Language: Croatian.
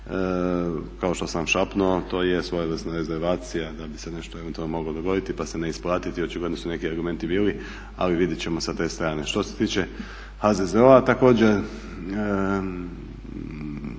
Kao što sam vam šapnuo to je svojevrsna rezervacija da bi se nešto eventualno moglo dogoditi pa se ne isplatiti. Očigledno su neki argumenti bili, ali vidjet ćemo sa te strane. Što se tiče HZZO-a također